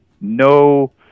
no